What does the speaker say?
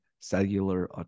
cellular